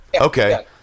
Okay